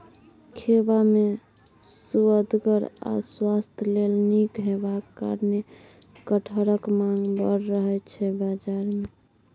खेबा मे सुअदगर आ स्वास्थ्य लेल नीक हेबाक कारणेँ कटहरक माँग बड़ रहय छै बजार मे